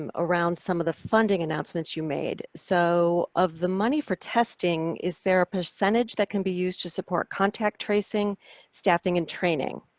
and around some of the funding announcements you made. so, of the money for testing, is there a percentage that can be used to support contact tracing staffing and training?